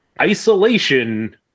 Isolation